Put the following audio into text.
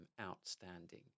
outstanding